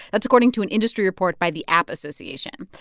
that's according to an industry report by the app association.